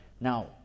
Now